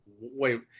wait